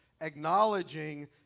acknowledging